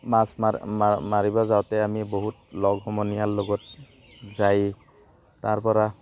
মাছ মাৰিব যাওঁতে আমি বহুত লগ সমনীয়া লগত যাই তাৰপৰা